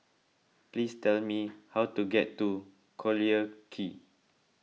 please tell me how to get to Collyer Quay